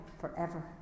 forever